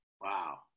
wow